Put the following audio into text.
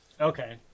Okay